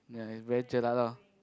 ya it's very jelak lor